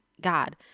God